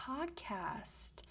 podcast